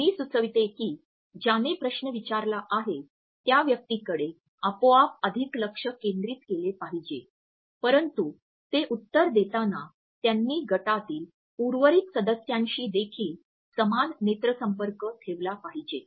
मी सुचविते की ज्याने प्रश्न विचारला आहे त्या व्यक्तीकडे आपोआप अधिक लक्ष केंद्रित केले पाहिजे परंतु ते उत्तर देताना त्यांनी गटातील उर्वरित सदस्यांशीदेखील समान नेत्रसंपर्क ठेवला पाहिजे